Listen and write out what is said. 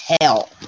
hell